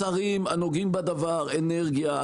השרים הנוגעים בדבר אנרגיה,